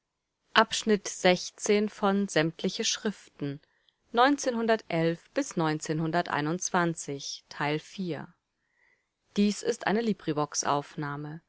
hier ist eine